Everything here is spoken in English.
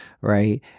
right